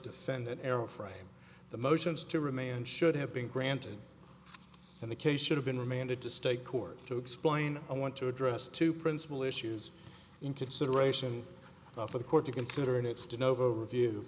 defendant airframe the motions to remain and should have been granted and the case should have been remanded to state court to explain i want to address two principle issues in consideration for the court to consider and it's to nova view